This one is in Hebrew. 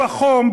בחום,